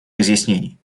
разъяснений